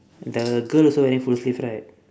the girl also wearing full sleeve right